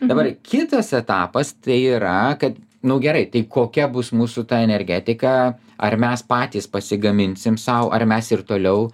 dabar kitas etapas tai yra kad nu gerai tai kokia bus mūsų ta energetika ar mes patys pasigaminsim sau ar mes ir toliau